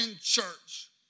church